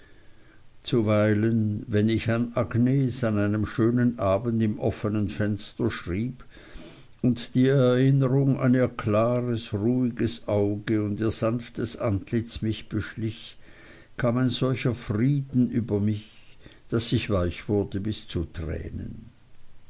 zuweilen wenn ich an agnes an einem schönen abend am offnen fenster schrieb und die erinnerung an ihr klares ruhiges auge und ihr sanftes antlitz mich beschlich kam ein solcher frieden über mich daß ich weich wurde bis zu tränen